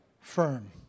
firm